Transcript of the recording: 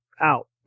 out